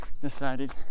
decided